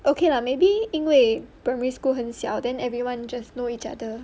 okay lah maybe 因为 primary school 很小 then everyone just know each other